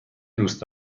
دوست